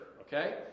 Okay